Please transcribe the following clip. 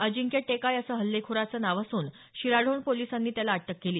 अजिंक्य टेकाळे असं हल्लेखोराचं नाव असून शिराढोण पोलिसांनी त्याला अटक केली